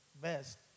best